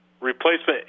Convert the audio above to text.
replacement